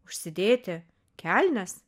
užsidėti kelnes